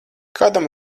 kādam